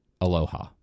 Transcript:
Aloha